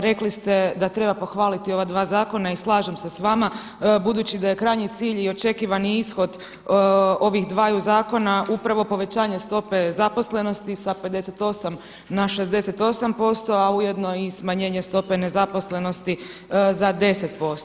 Rekli ste da treba pohvaliti ova dva zakona i slažem se s vama, budući da je krajnji cilj i očekivani ishod ovih dvaju zakona upravo povećanje stope zaposlenosti sa 58 na 68%, a ujedno i smanjenje stope nezaposlenosti za 10%